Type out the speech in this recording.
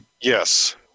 Yes